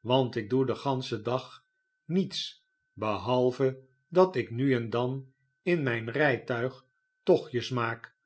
want ik doe den ganschen dag niets behalve dat ik nu en dan in mijn rijtuig tochtjes maak